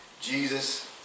Jesus